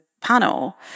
panel